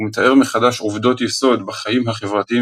ומתאר מחדש עובדות יסוד בחיים החברתיים